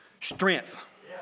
strength